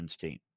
team